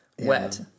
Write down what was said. wet